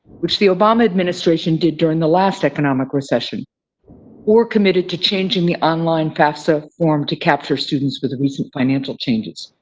which the obama administration did during the last economic recession or committed to changing the online fafsa form to capture students with recent financial changes.